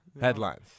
Headlines